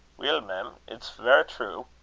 weel, mem, it's verra true,